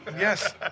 Yes